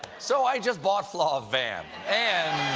so, i just bought flaw a van, and